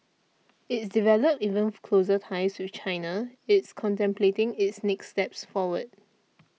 it's developed even closer ties with China it's contemplating its next steps forward